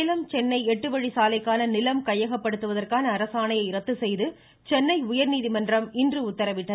சேலம் சென்னை எட்டுவழி சாலைக்கான நிலம் கையகப்படுத்துவதற்கான அரசாணையை ரத்து செய்து சென்னை உயர்நீதிமன்றம் இன்று உத்தரவிட்டுள்ளது